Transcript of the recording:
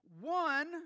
One